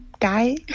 guy